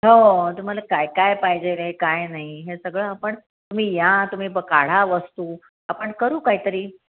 हो तुम्हाला काय काय पाहिजे रे काय नाही हे सगळं आपण तुम्ही या तुम्ही ब काढा वस्तू आपण करू काहीतरी